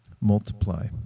multiply